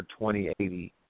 2080